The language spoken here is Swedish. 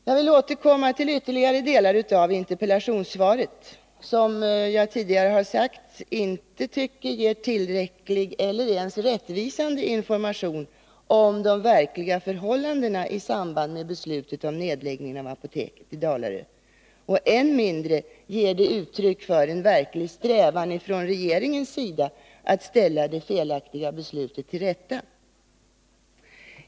Jag vill återkomma till interpellationssvaret, vilket som jag tidigare har sagt inte ger tillräcklig eller ens rättvisande information om de verkliga förhållandena i samband med beslutet om nedläggning av apoteket i Dalarö. Än mindre ger det uttryck för en verklig strävan från regeringens sida att ställa det felaktiga beslutet till rätta.